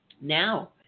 now